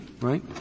right